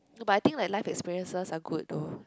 no but I think that life experiences are good though